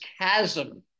chasm